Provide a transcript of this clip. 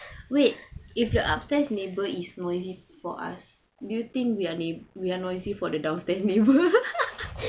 wait if the upstairs neighbour is noisy for us do you think we're na~ we're noisy for the downstairs neighbour